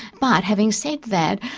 but, having said that,